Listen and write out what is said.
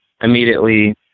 immediately